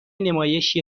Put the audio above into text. نمایش، یه